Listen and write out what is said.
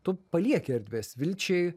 tu palieki erdvės vilčiai